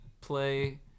Play